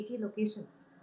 locations